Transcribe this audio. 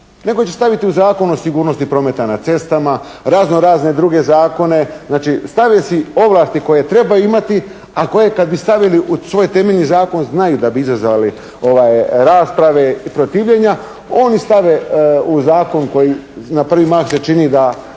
nego će staviti u Zakon o sigurnosti prometa na cestama, razno-razne druge zakone. Znači, staviti ovlasti koje trebaju imati, a koje kad bi stavili u svoj temeljni zakon znaju da bi izazvali rasprave i protivljenja oni stave u zakon koji na prvi mah se čini da